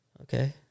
Okay